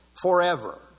forever